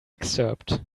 excerpt